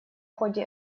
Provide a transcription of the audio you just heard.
ходе